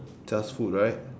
just food right